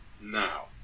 now